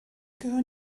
gehören